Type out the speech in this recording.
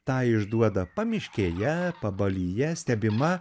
tą išduoda pamiškėje pabalyje stebima